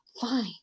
fine